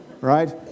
Right